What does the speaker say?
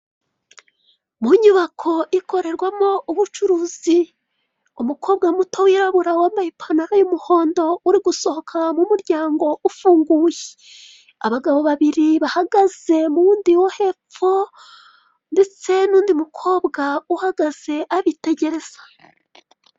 Mu nyubako ikorerwamo ubucuruzi, umukobwa muto, wirabura, wambaye ipantaro y'umuhondo, uri gusohoka mu muryango ufunguye. Abagabo babiri bahagaze mu wundi wo hepfo, ndetse n'undi mukobwa uhagaze abitegereza.